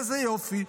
איזה יופי.